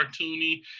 cartoony